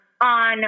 on